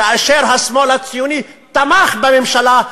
כאשר השמאל הציוני תמך בממשלה,